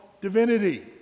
divinity